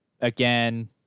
Again